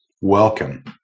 Welcome